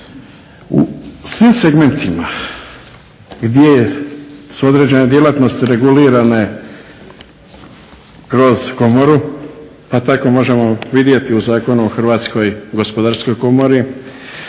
U svim segmentima gdje su određene djelatnosti regulirane kroz komoru pa tako možemo vidjeti o Zakonu o Hrvatskoj gospodarskoj komori